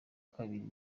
kabiri